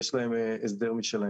יש להם הסדר משלהם.